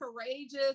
courageous